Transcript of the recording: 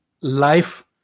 life